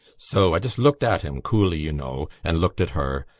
so, i just looked at him coolly, you know, and looked at her.